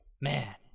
man